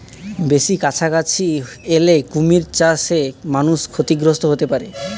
বেশি কাছাকাছি এলে কুমির চাষে মানুষ ক্ষতিগ্রস্ত হতে পারে